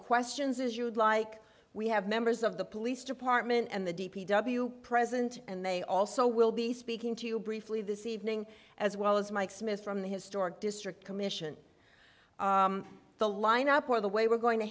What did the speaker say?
questions as you'd like we have members of the police department and the d p w present and they also will be speaking to you briefly this evening as well as mike smith from the historic district commission the line up or the way we're going to